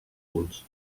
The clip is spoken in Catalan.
punts